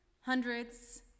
Hundreds